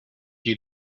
you